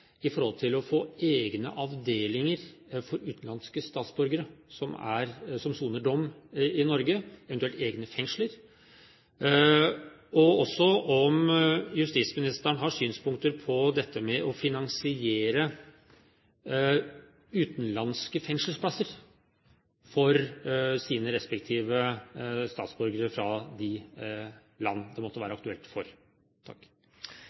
i forhold til å få egne avdelinger for utenlandske statsborgere som soner dom i Norge, eventuelt egne fengsler? Og har justisministeren synspunkter på dette med å finansiere utenlandske fengselsplasser for sine respektive statsborgere fra de land det måtte